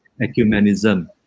ecumenism